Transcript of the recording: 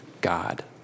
God